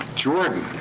jordan.